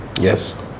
Yes